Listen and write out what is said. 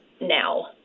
now